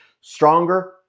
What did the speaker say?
Stronger